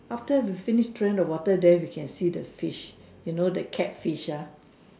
after we finish throwing the water then we can see the fish you know the catfish ah